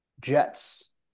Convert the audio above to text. Jets